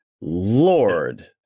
Lord